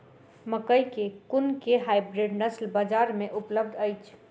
मकई केँ कुन केँ हाइब्रिड नस्ल बजार मे उपलब्ध अछि?